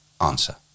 Answer